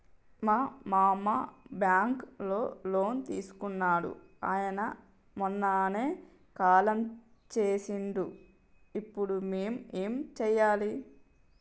మా మామ బ్యాంక్ లో లోన్ తీసుకున్నడు అయిన మొన్ననే కాలం చేసిండు ఇప్పుడు మేం ఏం చేయాలి?